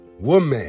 woman